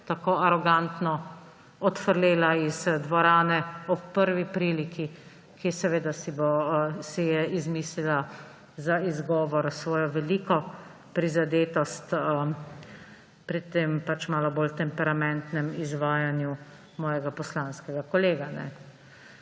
tako arogantno odfrlela iz dvorane ob prvi priliki, ki seveda si je izmislila za izgovor svojo veliko prizadetost pred tem pač malo bolj temperamentnem izvajanju mojega poslanskega kolega.